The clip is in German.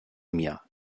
mir